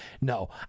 No